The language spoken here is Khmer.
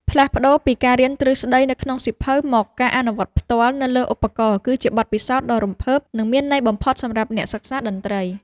ផ្លាស់ប្តូរពីការរៀនទ្រឹស្តីនៅក្នុងសៀវភៅមកការអនុវត្តផ្ទាល់នៅលើឧបករណ៍គឺជាបទពិសោធន៍ដ៏រំភើប និងមានន័យបំផុតសម្រាប់អ្នកសិក្សាតន្ត្រី។